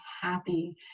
happy